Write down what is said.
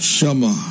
Shema